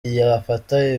yafata